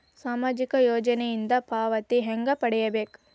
ಸಾಮಾಜಿಕ ಯೋಜನಿಯಿಂದ ಪಾವತಿ ಹೆಂಗ್ ಪಡಿಬೇಕು?